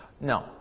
No